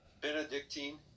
Benedictine